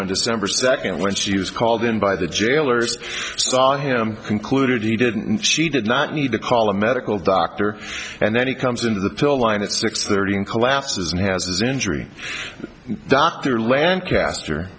e december second when she was called in by the jailers saw him concluded he didn't and she did not need to call a medical doctor and then he comes into the pill line at six thirty in collapses and has injury dr lancaster